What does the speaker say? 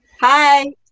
Hi